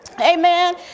Amen